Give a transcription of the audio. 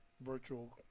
virtual